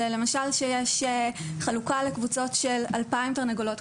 זה למשל שיש חלוקה לקבוצות של 2,000 תרנגולות.